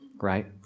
right